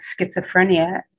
schizophrenia